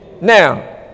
now